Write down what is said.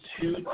two